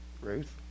Ruth